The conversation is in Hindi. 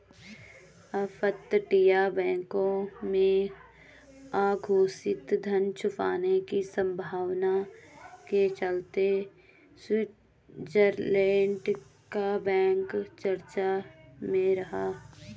अपतटीय बैंकों में अघोषित धन छुपाने की संभावना के चलते स्विट्जरलैंड का बैंक चर्चा में रहा